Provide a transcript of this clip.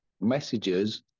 messages